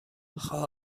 خواه